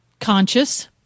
conscious